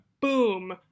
boom